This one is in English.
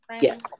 Yes